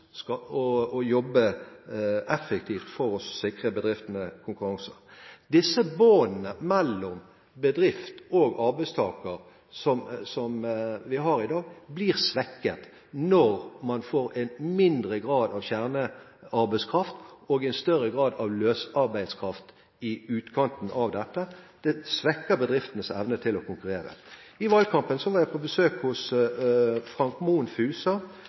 jobbe effektivt for å sikre bedriftenes konkurranseevne. De båndene mellom bedrift og arbeidstaker som vi har i dag, blir svekket når man får en mindre grad av kjernearbeidskraft og en større grad av løsarbeidskraft i utkanten av dette. Det svekker bedriftenes evne til å konkurrere. I valgkampen var jeg på besøk hos Frank Mohn Fusa,